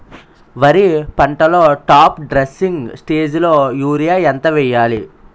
వరి పంటలో top dressing స్టేజిలో యూరియా ఎంత వెయ్యాలి?